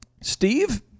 Steve